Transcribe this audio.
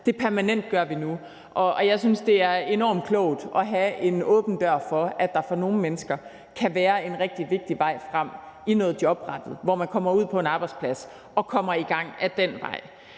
det permanentgør vi nu. Jeg synes, det er enormt klogt at have en åben dør for, at der for nogle mennesker kan være en rigtig vigtig vej frem i noget jobrettet, hvor man kommer ud på en arbejdsplads og kommer i gang ad den vej.